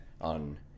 on